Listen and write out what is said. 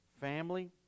family